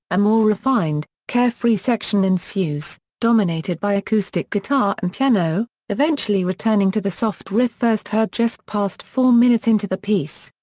a more refined, carefree section ensues, dominated by acoustic guitar and piano, eventually returning to the soft riff first heard just past four minutes into the piece.